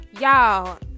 y'all